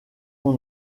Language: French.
son